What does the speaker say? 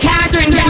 Catherine